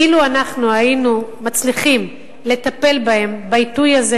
אילו הצלחנו לטפל בהם בעיתוי הזה,